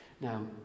Now